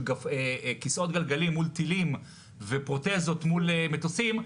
כיסאות גלגלים מול טילים ופרוטזות מול מטוסים,